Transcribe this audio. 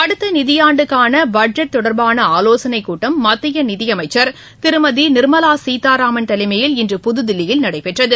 அடுத்த நிதியாண்டுக்கான பட்ஜெட் தொடர்பான ஆலோசனைக் கூட்டம் மத்திய நிதி அமைச்சர் திருமதி நிர்மலா சீதாராமன் தலைமையில் இன்று புதுதில்லியில் நடைபெற்றது